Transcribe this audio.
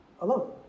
alone